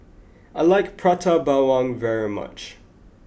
I like Prata Bawang very much